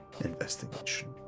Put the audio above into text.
investigation